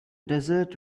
desert